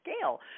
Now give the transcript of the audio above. scale